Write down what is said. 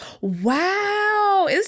wow